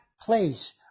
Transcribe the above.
place